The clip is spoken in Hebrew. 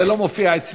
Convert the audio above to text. זה לא מופיע אצלי.